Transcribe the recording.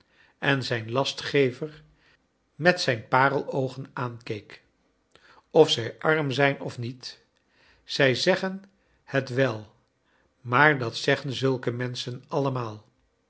en zijn lastgevcr met zijn pareloogen aankeek o zij arm zijn of niet zij zeggen het wel maar dat zcggen zulke menschen allemaal